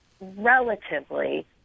relatively